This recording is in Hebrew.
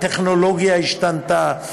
הטכנולוגיה השתנתה,